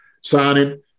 signing